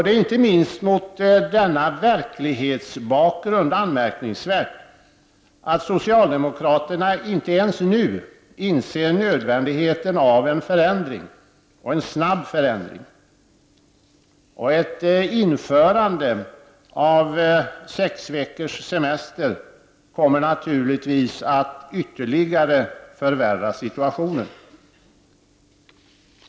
Det är inte minst mot bakgrund av denna verklighet anmärkningsvärt att socialdemokraterna inte ens nu inser nödvändigheten av en förändring, och en snabb förändring. Ett införande av sex veckors semester kommer naturligtvis att ytterligare förvärra situationen.